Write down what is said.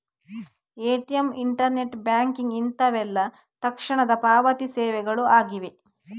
ATM, internet banking ಇಂತವೆಲ್ಲ ತಕ್ಷಣದ ಪಾವತಿ ಸೇವೆಗಳು ಆಗಿವೆ